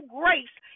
grace